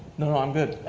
no, i'm good.